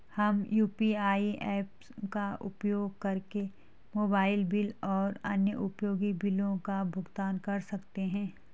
हम UPI apps का उपयोग करके मोबाइल बिल और अन्य उपयोगी बिलों का भुगतान कर सकते हैं